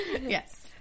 Yes